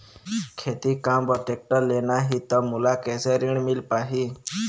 खेती काम बर टेक्टर लेना ही त मोला कैसे ऋण मिल पाही?